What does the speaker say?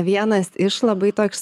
vienas iš labai toks